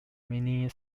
meaning